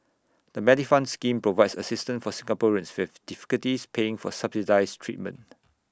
the Medifund scheme provides assistance for Singaporeans who have difficulties paying for subsidized treatment